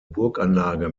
burganlage